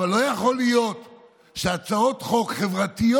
אבל לא יכול להיות שהצעות חוק חברתיות,